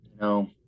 No